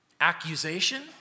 accusation